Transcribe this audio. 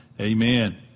Amen